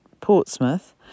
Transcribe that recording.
Portsmouth